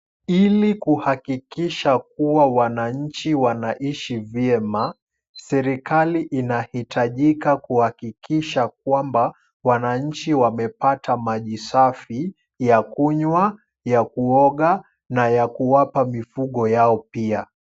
Ili kuhakikisha kuwa wananchi wanaishi vyema, serikali inahitajika kuhakikisha kwamba wananchi wamepata maji safi ya kunywa, ya kuoga na ya kuwapa mifugo yao pia.